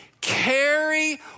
Carry